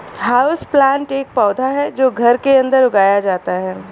houseplant एक पौधा है जो घर के अंदर उगाया जाता है